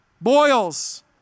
boils